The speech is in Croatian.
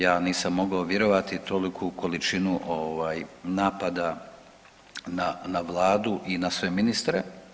Ja nisam mogao vjerovati u toliku količinu ovaj napada na vladu i na sve ministre.